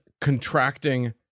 contracting